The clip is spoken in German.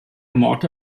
mord